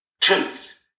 Truth